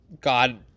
god